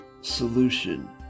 solution